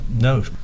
No